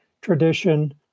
tradition